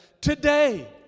today